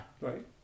Right